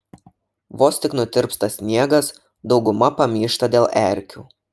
vos tik nutirpsta sniegas dauguma pamyšta dėl erkių